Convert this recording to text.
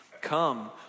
come